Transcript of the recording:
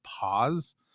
pause